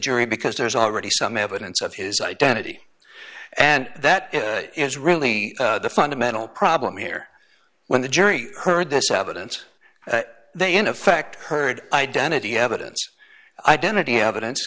jury because there's already some evidence of his identity and that is really the fundamental problem here when the jury heard this evidence they in effect heard identity evidence identity evidence